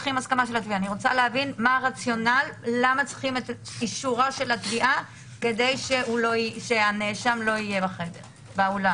למה צריכים את אישורה של התביעה כדי שהנאשם לא יהיה באולם?